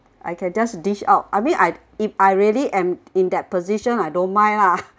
I can just dish out I mean I'd if I really am in that position I don't mind lah